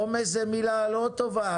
עומס זו מילה לא טובה.